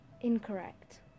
incorrect